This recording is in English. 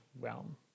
realm